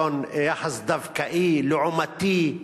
יחס דווקאי ולעומתי,